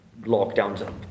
lockdowns